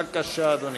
בבקשה, אדוני.